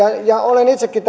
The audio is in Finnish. olen itsekin